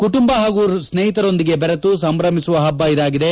ಕುಟುಂಬ ಪಾಗೂ ಸ್ನೇಹಿತರೊಂದಿಗೆ ಬೆರೆತು ಸಂಭ್ರಮಿಸುವ ಪ್ಪು ಇದಾಗಿದೆ